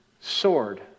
sword